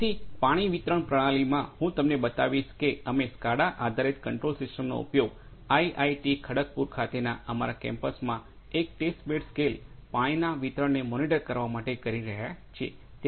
તેથી પાણી વિતરણ પ્રણાલીમા હું તમને બતાવીશ કે અમે સ્કાડા આધારિત કન્ટ્રોલ સિસ્ટમનો ઉપયોગ આઈઆઈટી ખડગપુર ખાતેના અમારા કેમ્પસમાં એક ટેસ્ટ બેડ સ્કેલ પાણીના વિતરણને મોનિટર કરવા માટે કરી રહ્યા છીએ